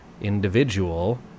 individual